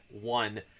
one